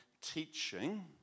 teaching